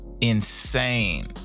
insane